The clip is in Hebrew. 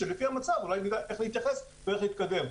שלפי המצב אולי נראה איך להתייחס ואיך להתקדם.